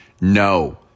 No